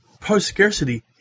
post-scarcity